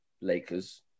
Lakers